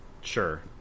Sure